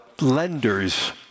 lenders